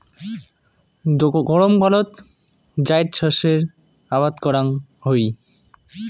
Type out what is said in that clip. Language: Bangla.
গরমকালত জাইদ শস্যের আবাদ করাং হই